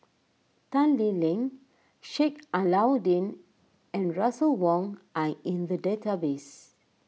Tan Lee Leng Sheik Alau'ddin and Russel Wong are in the database